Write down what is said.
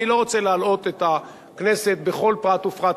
אני לא רוצה להלאות את הכנסת בכל פרט ופרט,